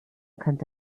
könnte